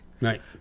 Right